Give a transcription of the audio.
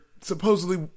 supposedly